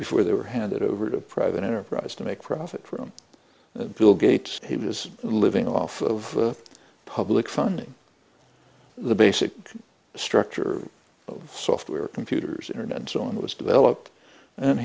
before they were handed over to private enterprise to make profit from the bill gates he was living off of public funding the basic structure of software computers internet and so on was developed and